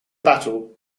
battle